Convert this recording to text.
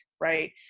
right